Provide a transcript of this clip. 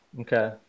okay